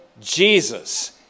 Jesus